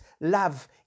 love